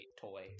toy